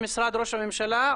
ממשרד ראש הממשלה,